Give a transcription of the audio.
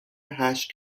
هشت